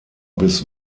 bis